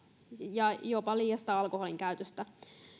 ja jopa liiasta alkoholinkäytöstä